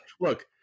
Look